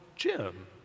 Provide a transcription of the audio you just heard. Jim